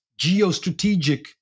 geostrategic